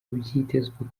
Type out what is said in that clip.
byitezwe